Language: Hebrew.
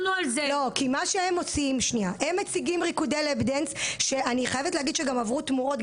הם מציגים ריקודי "לאפ דאנס" שאני חייבת להגיד שגם עברו תמורות,